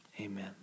Amen